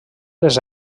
les